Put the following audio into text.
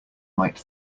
might